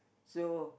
so